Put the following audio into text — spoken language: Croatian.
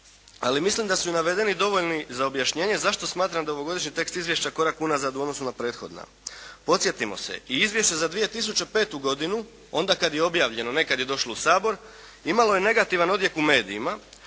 ali mislim da su i navedeni dovoljni za objašnjenje zašto smatram da je ovogodišnji tekst izvješća korak unazad u odnosu na prethodna. Podsjetimo se. I izvješća za 2005. godinu onda kada je objavljeno, ne kada je došlo u Sabor, imalo je negativan odjek u medijima.